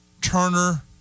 Turner